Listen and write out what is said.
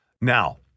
Now